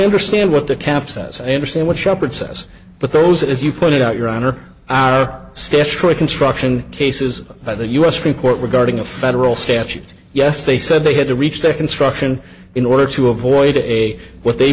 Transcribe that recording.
understand what the cap says i understand what sheppard says but those as you pointed out your honor our statutory construction cases by the u s supreme court regarding a federal statute yes they said they had to reach their construction in order to avoid a what they